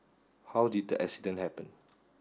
how did the accident happen